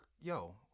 yo